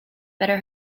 better